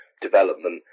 development